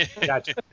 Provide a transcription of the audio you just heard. Gotcha